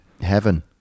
Heaven